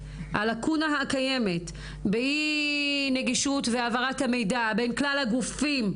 הלקונה הקיימת באי נגישות והעברת המידע בין כלל הגופים,